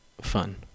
fun